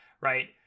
right